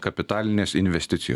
kapitalinės investicijo